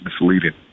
misleading